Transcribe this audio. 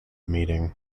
meeting